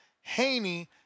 Haney